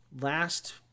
Last